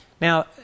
Now